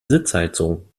sitzheizung